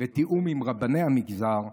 בתיאום עם רבני המגזר,